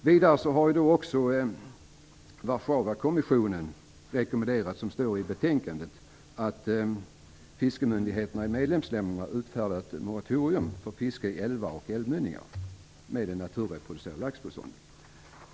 Vidare har Warszawakommissionen rekommenderat, som det står i betänkandet: "att fiskemyndigheterna i medlemsländerna utfärdar ett moratorium för fiske i älvar och älvmynningar med naturreproducerande laxbestånd."